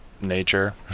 nature